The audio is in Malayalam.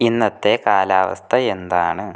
ഇന്നത്തെ കാലാവസ്ഥ എന്താണ്